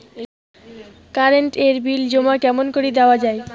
Current এর bill জমা কেমন করি দেওয়া যায়?